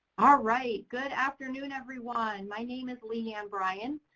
ah right. good afternoon everyone. my name is leigh ann bryan.